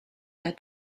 der